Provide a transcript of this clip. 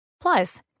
Plus